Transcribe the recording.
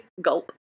gulp